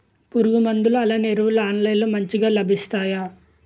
పురుగు మందులు అలానే ఎరువులు ఆన్లైన్ లో మంచిగా లభిస్తాయ?